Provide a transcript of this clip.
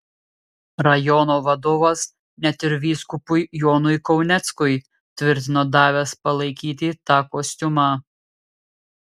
rajono vadovas net ir vyskupui jonui kauneckui tvirtino davęs palaikyti tą kostiumą